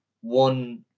one